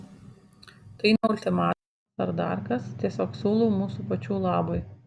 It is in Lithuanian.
tai ne ultimatumas ar dar kas tiesiog siūlau mūsų pačių labui